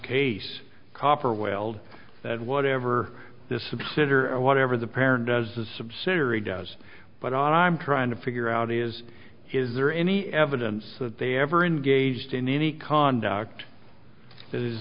case copper wailed that whatever this is consider whatever the parent does the subsidiary does but i'm trying to figure out is is there any evidence that they ever engaged in any conduct